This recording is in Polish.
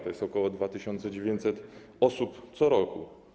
To jest ok. 2900 osób co roku.